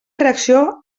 reacció